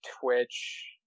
Twitch